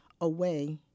away